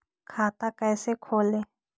खाता कैसे खोले?